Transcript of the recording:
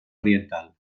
oriental